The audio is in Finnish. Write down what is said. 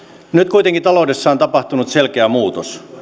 kuitenkin taloudessa on tapahtunut selkeä muutos